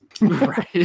Right